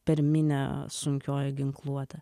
per minią sunkioji ginkluotė